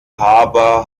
harbour